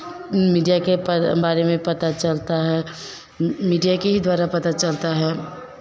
media के पर बारे में पता चलता है मीडिया के द्वारा ही पता चलता है